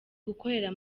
gukorera